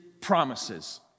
promises